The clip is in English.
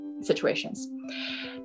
situations